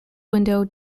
window